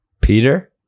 Peter